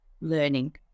learning